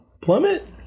plummet